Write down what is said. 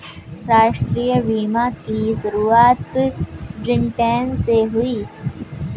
राष्ट्रीय बीमा की शुरुआत ब्रिटैन से हुई